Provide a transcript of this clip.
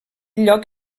lloc